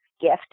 gift